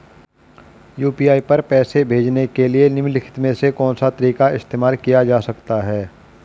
UPI पर पैसे भेजने के लिए निम्नलिखित में से कौन सा तरीका इस्तेमाल किया जा सकता है?